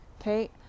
okay